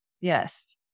Yes